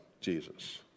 Jesus